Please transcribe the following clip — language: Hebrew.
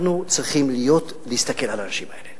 אנחנו צריכים להיות, להסתכל על האנשים האלה,